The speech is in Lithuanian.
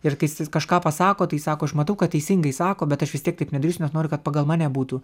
ir kai jisai kažką pasako tai sako aš matau kad teisingai sako bet aš vis tiek taip nedrįstu nes noriu kad pagal mane būtų